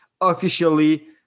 officially